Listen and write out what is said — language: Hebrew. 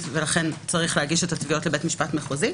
ולכן צריך להגיש את התביעות לבית משפט מחוזי.